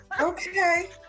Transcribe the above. Okay